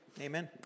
Amen